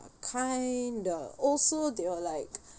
kind of also they were like